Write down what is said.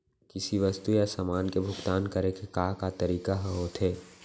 किसी वस्तु या समान के भुगतान करे के का का तरीका ह होथे?